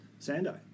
Sando